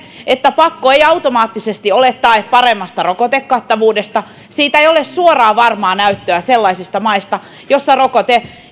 että pakko ei automaattisesti ole tae paremmasta rokotekattavuudesta siitä ei ole suoraa varmaa näyttöä sellaisista maista joissa rokotteen